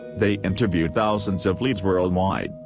they interviewed thousands of leads worldwide,